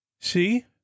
See